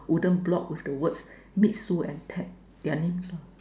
wooden block with the words meet soon and tag their names lah